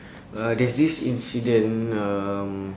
uh there's this incident um